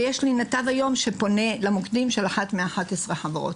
ויש לי נתב היום שפונה למוקדים של אחת מ-11 החברות.